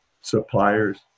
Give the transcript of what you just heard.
suppliers